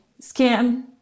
scam